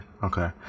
Okay